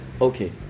okay